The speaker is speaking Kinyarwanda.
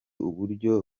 uburyo